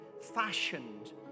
fashioned